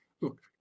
Look